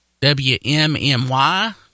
WMMY